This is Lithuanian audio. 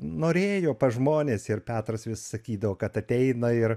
norėjo pas žmones ir petras vis sakydavo kad ateina ir